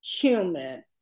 human